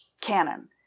canon